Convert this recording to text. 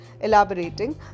Elaborating